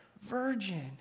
virgin